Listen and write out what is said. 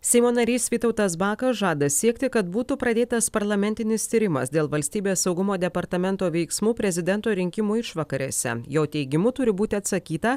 seimo narys vytautas bakas žada siekti kad būtų pradėtas parlamentinis tyrimas dėl valstybės saugumo departamento veiksmų prezidento rinkimų išvakarėse jo teigimu turi būti atsakyta